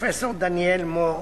פרופסור דניאל מור,